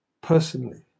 personally